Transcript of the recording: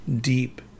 deep